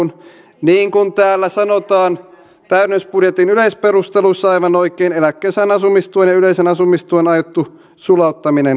niin kuin täällä täydennysbudjetin yleisperusteluissa sanotaan aivan oikein eläkkeensaajien asumistuen ja yleisen asumistuen aiottu sulauttaminen peruutetaan